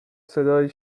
صدایی